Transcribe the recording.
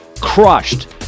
Crushed